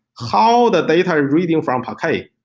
how the data reading from parquet.